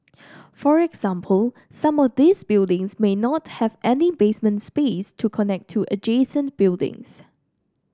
for example some of these buildings may not have any basement space to connect to adjacent buildings